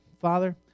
Father